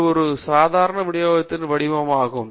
இது சாதாரண விநியோகத்தின் வடிவமாகும்